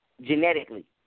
genetically